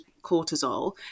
cortisol